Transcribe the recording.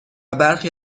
برخی